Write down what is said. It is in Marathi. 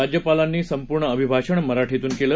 राज्यपालांनी संपूर्ण अभिभाषण मराठीतून केलं